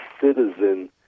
citizen